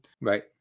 right